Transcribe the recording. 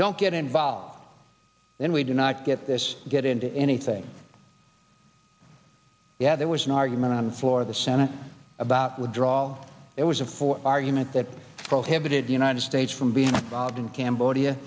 don't get involved in we do not get this get into anything yeah there was an argument on the floor of the senate about withdrawal it was a full argument that prohibited the united states from being robbed in cambodia